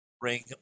Ring